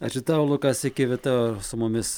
ačiū tau lukas kivita su mumis